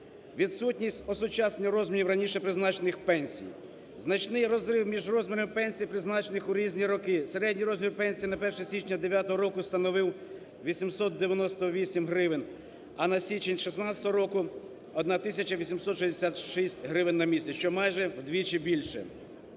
відсутність осучаснення розмірів раніше призначених пенсій, значний розрив між розмірами пенсій, призначених у різні роки. Середній розмір пенсій на 1 січня 9 року становив 898 гривень, а на січень 16 року – 1 тисяча 866 гривень на місяць, що майже вдвічі більше.